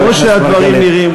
כמו שהדברים נראים,